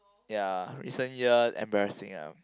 ya recent year embarrassing ah